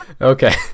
Okay